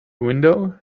window